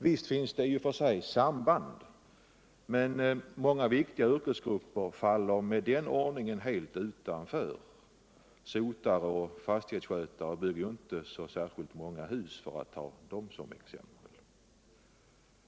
Visst finns det i och för sig samband. men många viktiga yrkesgrupper faller med den ordningen helt utanför. Sotare och fastighetsskötare bygger ju inte särskilt många hus — för att ta dem som exempel.